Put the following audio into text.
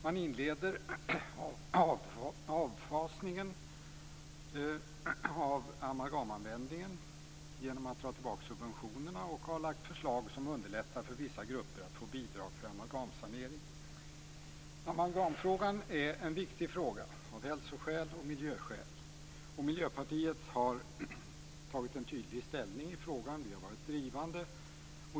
Man inleder avfasningen av amalgamanvändningen genom att dra tillbaka subventionerna och har lagt fram förslag som underlättar för vissa grupper att få bidrag för amalgamsanering. Amalgamfrågan är en viktig fråga av både hälsoskäl och miljöskäl. Miljöpartiet har tydligt tagit ställning i frågan och varit drivande.